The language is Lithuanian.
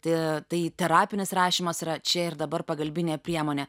tai tai terapinis rašymas yra čia ir dabar pagalbinė priemonė